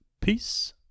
Peace